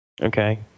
Okay